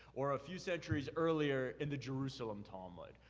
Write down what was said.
or a few centuries earlier in the jerusalem talmud,